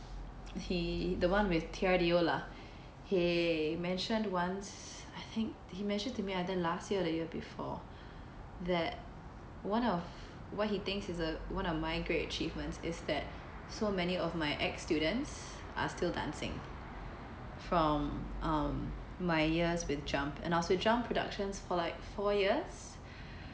he the one with T_D_R_O oh lah he mentioned once I think he mentioned to me either last year or the year before that one of what he thinks is a one of my great achievements is that so many of my ex students are still dancing from um my years with jump and also jump productions for like four years